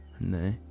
No